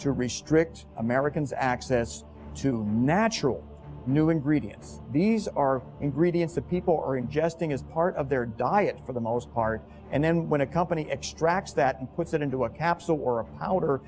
to restrict americans access to natural new ingredients these are ingredients that people are ingesting as part of their diet for the most part and then when a company extracts that and puts it into a capsule